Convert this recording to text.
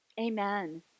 Amen